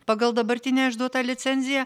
pagal dabartinę išduotą licenciją